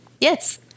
Yes